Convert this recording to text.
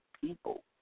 people